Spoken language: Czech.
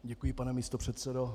Děkuji, pane místopředsedo.